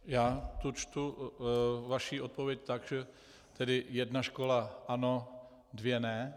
Já tu čtu vaši odpověď tak, že tedy jedna škola ano, dvě ne.